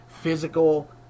physical